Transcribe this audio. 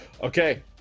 Okay